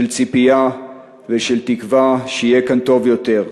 של ציפייה ושל תקווה שיהיה כאן טוב יותר,